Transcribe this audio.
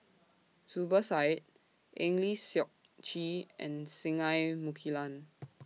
Zubir Said Eng Lee Seok Chee and Singai Mukilan